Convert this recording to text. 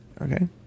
Okay